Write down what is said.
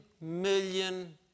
million